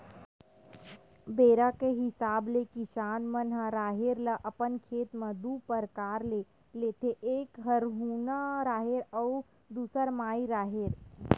बेरा के हिसाब ले किसान मन ह राहेर ल अपन खेत म दू परकार ले लेथे एक हरहुना राहेर अउ दूसर माई राहेर